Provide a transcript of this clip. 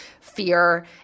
fear